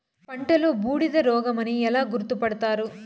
పంటలో బూడిద రోగమని ఎలా గుర్తుపడతారు?